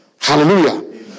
Hallelujah